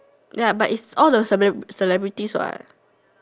ya but it's all the celeb~ celebrities what